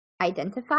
identify